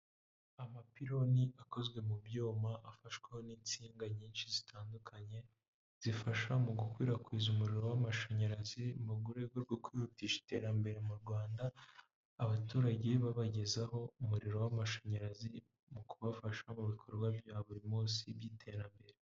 Amapiloni akozwe mu byuma afashweho n'insinga nyinshi zitandukanye zifasha mu gukwirakwiza umuriro w'amashanyarazi mu rwego rwo kwihutisha iterambere mu Rwanda, abaturage babagezaho umuriro w'amashanyarazi mu kubafasha mu bikorwa bya buri munsi by'iterambere.